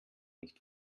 nicht